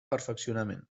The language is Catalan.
perfeccionament